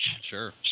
Sure